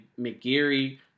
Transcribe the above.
McGeary